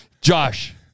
Josh